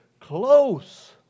close